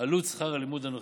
עלות שכר הלימוד הנוכחית.